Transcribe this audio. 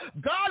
God